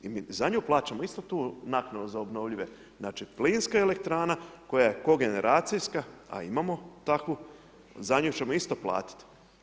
I mi za nju plaćamo isto tu naknadu za obnovljive, znači plinska elektrana koja je kogeneracijska a imamo takvu, za nju ćemo isto platiti.